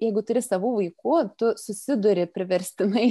jeigu turi savų vaikų tu susiduri priverstinai